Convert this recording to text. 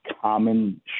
common